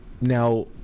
Now